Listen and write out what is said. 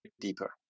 deeper